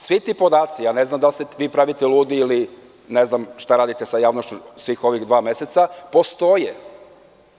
Svi ti podaci, ne znam da li se vi pravite ludi, ne znam šta radite sa javnošću u ova dva meseca, postoje.